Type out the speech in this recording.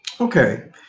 Okay